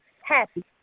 happy